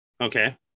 Okay